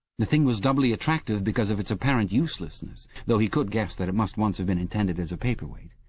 the thing was doubly attractive because of its apparent uselessness, though he could guess that it must once have been intended as a paperweight.